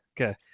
Okay